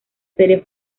serie